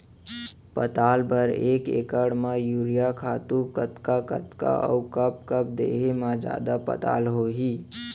पताल बर एक एकड़ म यूरिया खातू कतका कतका अऊ कब कब देहे म जादा पताल होही?